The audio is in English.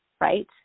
right